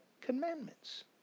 commandments